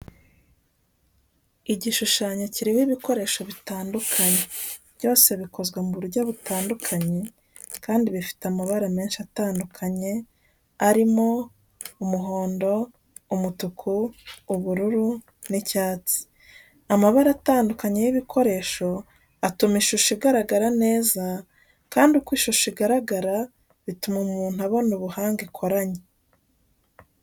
Igishushanyo kiriho ibikoresho bitandukanye, byose bikozwe mu buryo butandukanye kandi bifite amabara menshi atandukanye arimo, umuhondo, umutuku, ubururu n'icyatsi. Amabara atandukanye y'ibikoresho atuma ishusho igaragara neza, kandi uko ishusho igaragara, bituma umuntu abona ubuhanga ikoranye.